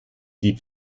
die